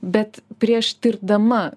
bet prieš tirdama